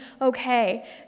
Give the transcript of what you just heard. okay